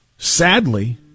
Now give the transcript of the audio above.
Sadly